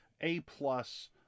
A-plus